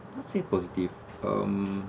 not say positive um